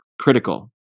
critical